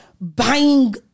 buying